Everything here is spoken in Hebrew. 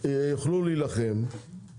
אנחנו לא נאפשר לחברה לעשות את זה,